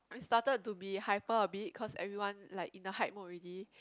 I started to be hyper a bit cause everyone like in the high mood already